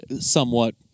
somewhat